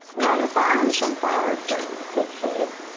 now your bottom sunflower is starting to take shape.